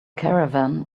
caravan